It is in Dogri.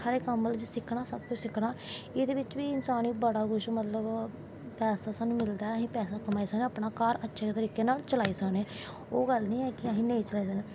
कम्म सिक्खनां सब कुश सिक्खनां एह्दे बिच्च बी इंसान गी बड़ा कुश मतलव पैसा साह्मनू मिलदा ऐ अस पैसा कमाई सकने साढ़ा घर अच्छे तरीके नै चलाई सकनें ओह् गल्ल नी ऐ कि अस नेंई चलाई सकनें